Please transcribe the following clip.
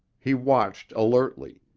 he watched alertly,